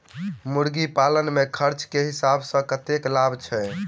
मुर्गी पालन मे खर्च केँ हिसाब सऽ कतेक लाभ छैय?